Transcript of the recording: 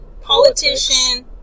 politician